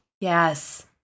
Yes